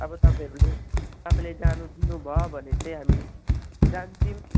अबो तपाईँहरूले तपाईँले जानु दिनुभयो भने चाहिँ हामी जान्थ्यौँ